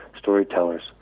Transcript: storytellers